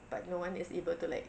but no one is able to like